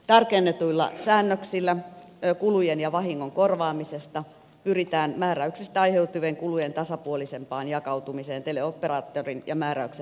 tarkennetuilla säännöksillä kulujen ja vahingon korvaamisesta pyritään määräyksestä aiheutuvien kulujen tasapuolisempaan jakautumiseen teleoperaattorin ja määräyksenhakijan välillä